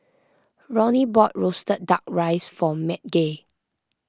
Ronny bought Roasted Duck Rice for Madge